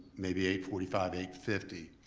maybe eight forty five, eight fifty.